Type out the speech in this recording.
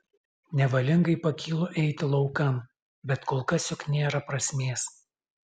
nevalingai pakylu eiti laukan bet kol kas juk nėra prasmės